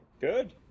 Good